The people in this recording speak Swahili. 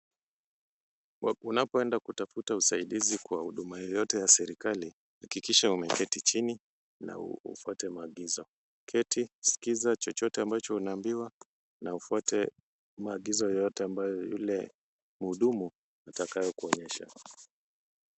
Unapoenda kutafuta usaidizi kwa huduma yoyote ya serikali hakikisha umeketi chini na ufuate maagizo. Keti, skiza chochote ambacho unaambiwa na ufuate maagizo yoyote ambayo yule mhudumu atakayokuonyesha.